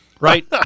right